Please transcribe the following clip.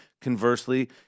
Conversely